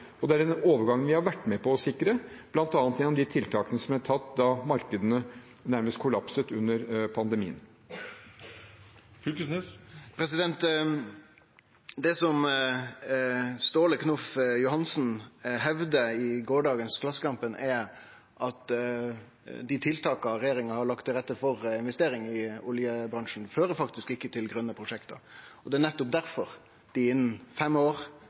og det er denne overgangen vi har vært med på å sikre, bl.a. gjennom de tiltakene som ble tatt da markedene nærmest kollapset under pandemien. Det som Ståle Knoff Johansen hevda i Klassekampen i går, er at dei tiltaka regjeringa har lagt til rette for investeringar i i oljebransjen, faktisk ikkje fører til grøne prosjekt. Det er nettopp difor dei innan fem år